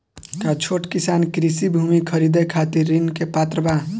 का छोट किसान कृषि भूमि खरीदे के खातिर ऋण के पात्र बा?